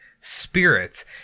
spirits